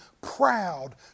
proud